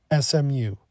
SMU